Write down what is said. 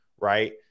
Right